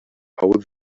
how